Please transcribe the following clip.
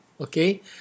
okay